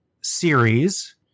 series